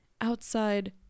outside